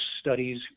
studies